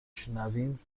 شنویم